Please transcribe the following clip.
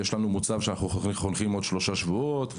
יש לנו מוצב שאנחנו חונכים עוד שלושה שבועות.